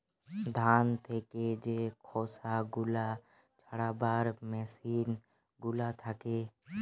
ধান থেকে যে খোসা গুলা ছাড়াবার মেসিন গুলা থাকে